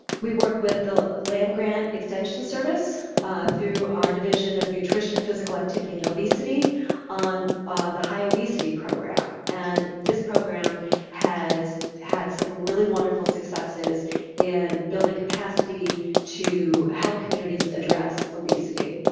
we work with the land grant extension service through or division of nutrition, physical activity and obesity on ah the high obesity program. and this program has had some really wonderful successes in building capacity to help communities address obesity.